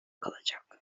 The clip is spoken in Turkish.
kalacak